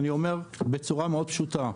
אני אומר בצורה מאוד פשוטה,